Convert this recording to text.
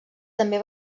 també